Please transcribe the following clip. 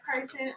person